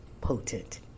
potent